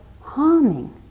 harming